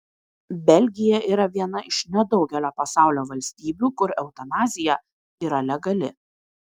belgija yra viena iš nedaugelio pasaulio valstybių kur eutanazija yra legali